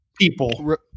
people